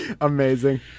Amazing